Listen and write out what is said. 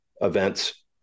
events